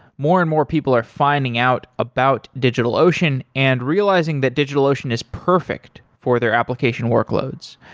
more and more people are finding out about digitalocean and realizing that digitalocean is perfect for their application workloads.